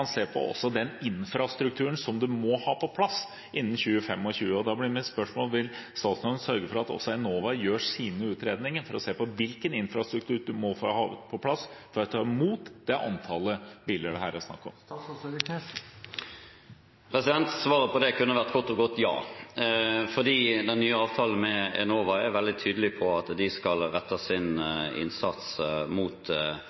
på den infrastrukturen som man må ha på plass innen 2025. Da blir mitt spørsmål: Vil statsråden også sørge for at Enova gjør sine utredninger for å se på hvilken infrastruktur man må ha på plass for å ta imot det antallet biler det her er snakk om? Svaret på det kunne kort og godt vært ja, for den nye avtalen med Enova er veldig tydelig på at de skal rette sin innsats mot det